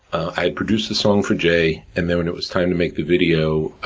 i had produced the song for jay, and then, when it was time to make the video,